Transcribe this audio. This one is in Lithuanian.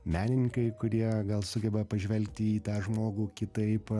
menininkai kurie gal sugeba pažvelgti į tą žmogų kitaip